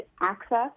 access